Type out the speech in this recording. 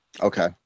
Okay